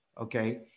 okay